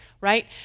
right